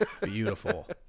beautiful